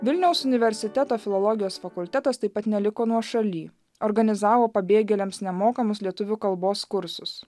vilniaus universiteto filologijos fakultetas taip pat neliko nuošaly organizavo pabėgėliams nemokamus lietuvių kalbos kursus